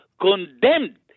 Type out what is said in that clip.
condemned